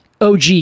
Og